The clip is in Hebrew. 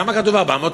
למה כתוב 400?